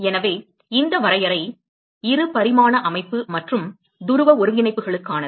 எனவே இந்த வரையறை 2 பரிமாண அமைப்பு மற்றும் துருவ ஒருங்கிணைப்புகளுக்கானது